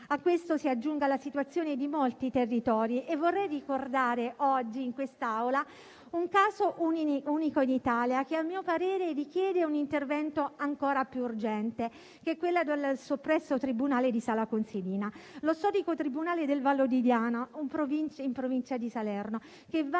A questo si aggiunga la situazione di molti territori. Vorrei ricordare in quest'Aula un caso unico in Italia, che a mio parere richiede un intervento ancora più urgente, quello del soppresso tribunale di Sala Consilina, lo storico tribunale del Vallo di Diano, in Provincia di Salerno, che